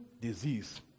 disease